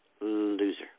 loser